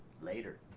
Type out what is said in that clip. Later